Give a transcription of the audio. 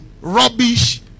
rubbish